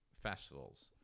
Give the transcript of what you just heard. festivals